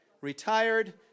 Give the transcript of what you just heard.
retired